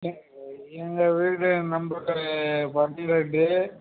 எங்கள் வீட்டு நம்பரு பதினெட்டு